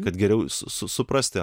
kad geriau su suprasti